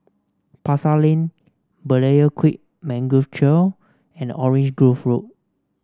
Pasar Lane Berlayer Creek Mangrove Trail and Orange Grove Road